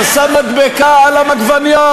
אתה שם מדבקה על העגבנייה.